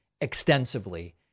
extensively